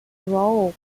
joel